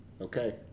Okay